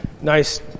Nice